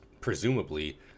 presumably